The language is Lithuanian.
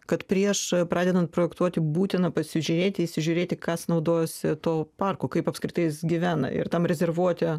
kad prieš pradedant projektuoti būtina pasižiūrėti įsižiūrėti kas naudojosi tuo parku kaip apskritai jis gyvena ir tam rezervuoti